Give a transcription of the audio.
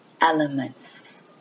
elements